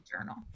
journal